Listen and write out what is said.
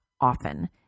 often